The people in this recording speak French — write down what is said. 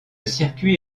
circuit